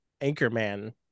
Anchorman